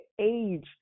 age